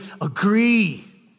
agree